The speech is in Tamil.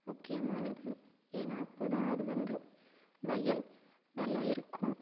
முக்கியமானது ஏன்னா அப்போ தான் அது வந்து வயல் நல்லா இருக்கும்